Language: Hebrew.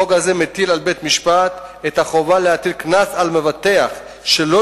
החוק הזה מטיל על בית-משפט את החובה להטיל קנס על מבטח שלא